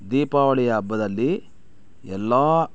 ದೀಪಾವಳಿಯ ಹಬ್ಬದಲ್ಲಿ ಎಲ್ಲ